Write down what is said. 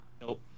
Nope